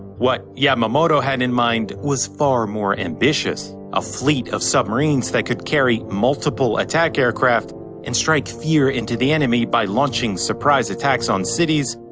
what yamamoto had in mind was far more ambitious. a fleet of submarines that could carry multiple attack aircraft and strike fear into the enemy by launching surprise attacks on cities,